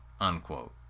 unquote